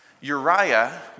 Uriah